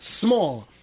Small